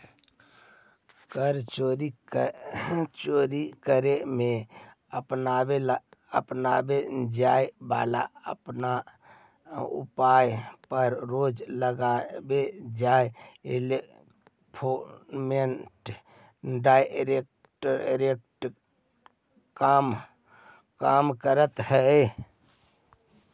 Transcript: कर चोरी करे में अपनावे जाए वाला उपाय पर रोक लगावे ला एनफोर्समेंट डायरेक्टरेट काम करऽ हई